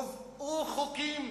הובאו חוקים